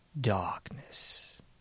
darkness